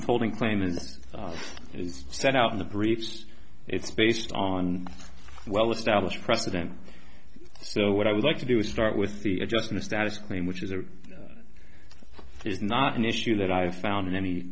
withholding claim as it is set out in the briefs it's based on well established president so what i would like to do is start with the adjustment status claim which is or is not an issue that i've found in any